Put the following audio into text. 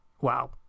Wow